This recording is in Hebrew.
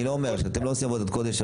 ואני לא אומר שאתם לא עושים עבודת קודש,